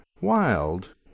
Wild